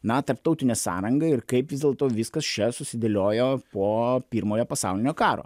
na tarptautine sąranga ir kaip vis dėlto viskas čia susidėliojo po pirmojo pasaulinio karo